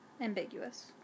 ambiguous